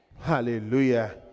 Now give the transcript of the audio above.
Hallelujah